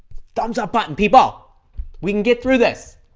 thumbs up button people we can get through this